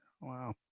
Wow